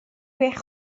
eich